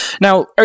Now